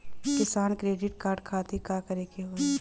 किसान credit card खातिर का करे के होई?